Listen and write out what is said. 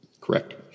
Correct